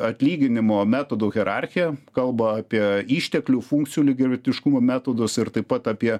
atlyginimo metodų hierarchiją kalba apie išteklių funkcijų lygiavertiškumo metodus ir taip pat apie